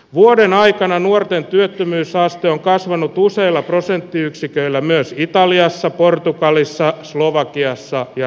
vuoden aikana nuorten työttömyysaste on kasvanut useilla prosenttiyksiköillä myös italiassa portugalissa slovakiassa ja